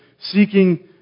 seeking